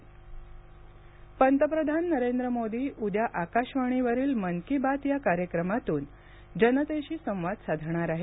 मन की बात पंतप्रधान नरेंद्र मोदी उद्या आकाशवाणीवरील मन की बात या कार्यक्रमातून जनतेशी संवाद साधणार आहेत